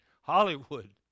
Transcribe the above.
Hollywood